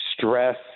stress